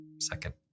second